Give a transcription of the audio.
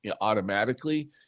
automatically